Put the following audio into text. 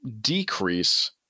decrease